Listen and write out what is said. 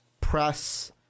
press